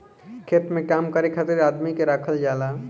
खेत में काम करे खातिर आदमी के राखल जाला